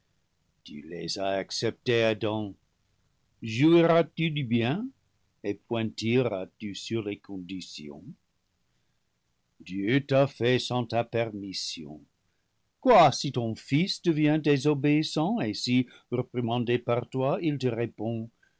tu les as acceptées adam jouiras tu du bien et pointilleras tu sur les conditions dieu t'a fait sans ta permission quoi si ton fils devient désobéissant et si re primandé par toi il te répond